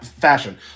fashion